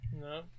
No